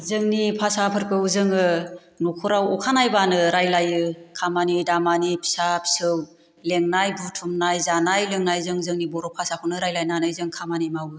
जोंनि भाषाफोरखौ जोङो नखराव अखानायबानो रायलायो खामानि दामानि फिसा फिसौ लेंनाय बुथुमनाय जानाय लोंनाय जों जोंनि बर' भाषाखौनो रायलायनानै जों खामानि मावो